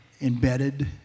embedded